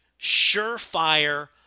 surefire